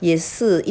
也是